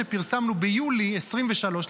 שפרסמנו ביולי 2023,